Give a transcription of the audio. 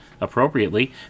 appropriately